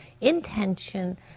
intention